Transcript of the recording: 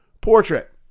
portrait